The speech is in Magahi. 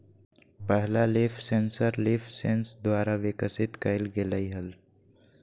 पहला लीफ सेंसर लीफसेंस द्वारा विकसित कइल गेलय हल